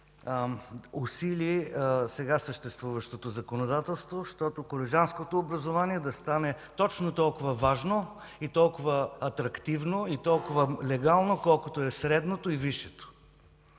усили сега съществуващото законодателство, щото колежанското образование да стане точно толкова важно, толкова атрактивно и толкова легално, колкото е средното и висшето.